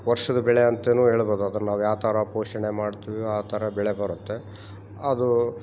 ವರ್ಷದ ಬೆಳೆ ಅಂತಾ ಹೇಳ್ಬೋದು ಅದನ್ನು ನಾವು ಯಾವ್ತರ ಪೋಷಣೆ ಮಾಡ್ತೀವಿ ಆ ಥರ ಬೆಳೆ ಬರುತ್ತೆ ಅದು